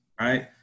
Right